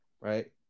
Right